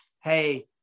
Hey